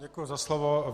Děkuji za slovo.